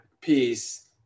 piece